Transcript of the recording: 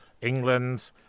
england